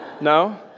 no